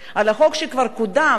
על חוק שכבר קודם,